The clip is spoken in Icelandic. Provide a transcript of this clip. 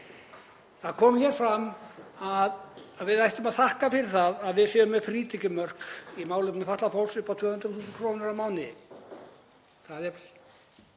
Það kom hér fram að við ættum að þakka fyrir það að við séum með frítekjumörk í málefnum fatlaðs fólks upp á 200.000 kr. á mánuði.